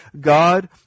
God